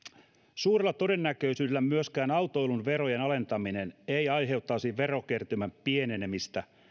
suurella todennäköisyydellä myöskään autoilun verojen alentaminen ei aiheuttaisi verokertymän pienenemistä